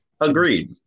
Agreed